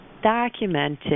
documented